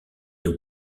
nous